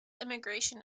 immigration